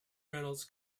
reynolds